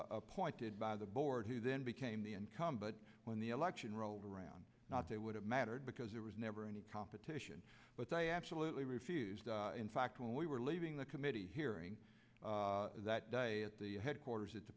appointed by the board who then became the income but when the election rolled around not they would have mattered because there was never any competition but i absolutely refused in fact when we were leaving the committee hearing that day at the headquarters